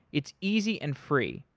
it's easy and free.